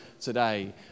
today